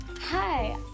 Hi